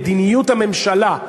מדיניות הממשלה,